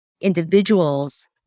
individuals